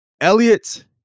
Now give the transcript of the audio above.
Elliot